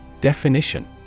Definition